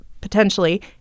potentially